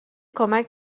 کمک